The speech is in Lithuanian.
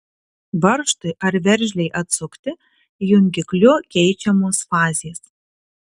varžtui ar veržlei atsukti jungikliu keičiamos fazės